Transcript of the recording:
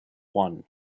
one